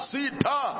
Sita